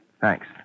Thanks